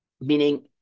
meaning